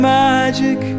magic